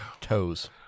Toes